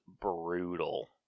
brutal